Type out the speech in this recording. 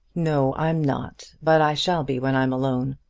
no, i'm not but i shall be when i'm alone.